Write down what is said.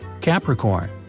Capricorn